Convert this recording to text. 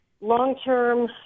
long-term